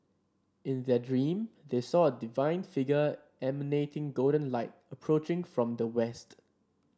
in their dream they saw a divine figure emanating golden light approaching from the west